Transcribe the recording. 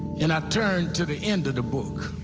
and i turned to the end of the book.